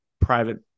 private